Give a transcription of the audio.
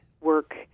work